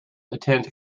attend